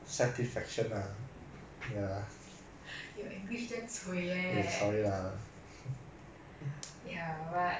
ya but err I think it's really ultimately up to you lah I I don't have a say in the choice it's really